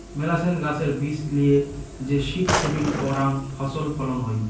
মেলাছেন গাছের বীজ লিয়ে যে সীড সেভিং করাং ফছল ফলন হই